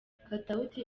katawuti